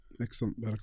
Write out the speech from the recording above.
Excellent